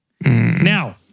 Now